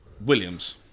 Williams